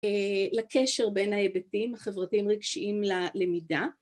לקשר בין ההיבטים החברתיים רגשיים ללמידה